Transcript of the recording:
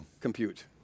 compute